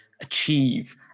achieve